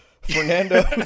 Fernando